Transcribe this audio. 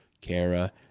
Kara